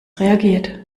reagiert